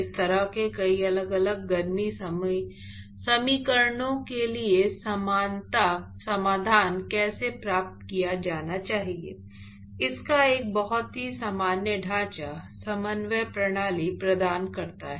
इस तरह के कई अलग अलग गर्मी समीकरणों के लिए समानता समाधान कैसे प्राप्त किया जाना चाहिए इसका एक बहुत ही सामान्य ढांचा समन्वय प्रणाली प्रदान करता है